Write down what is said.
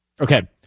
okay